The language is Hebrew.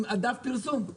יש דף פרסום.